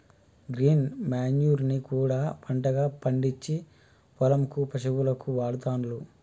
green manure ని కూడా పంటగా పండిచ్చి పొలం కు పశువులకు వాడుతాండ్లు